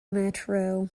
metro